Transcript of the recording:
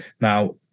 now